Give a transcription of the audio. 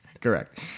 Correct